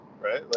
right